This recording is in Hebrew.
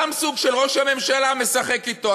גם סוג שראש הממשלה משחק אתו.